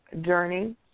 journey